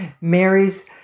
Mary's